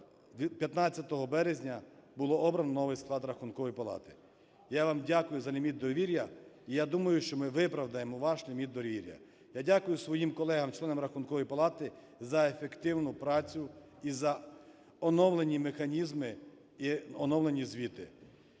15 березня, було обрано новий склад Рахункової палати. Я вам дякую за ліміт довір'я і, я думаю, що ми виправдаємо ваш ліміт довір'я. Я дякую своїм колегам членам Рахункової палати за ефективну працю і за оновлені механізми, і оновлені звіти.